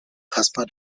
caspar